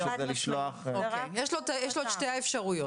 יש לו את שתי האפשרויות.